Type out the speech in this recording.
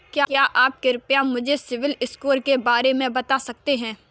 क्या आप कृपया मुझे सिबिल स्कोर के बारे में बता सकते हैं?